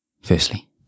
Firstly